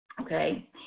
Okay